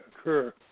occur